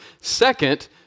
Second